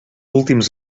últims